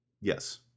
Yes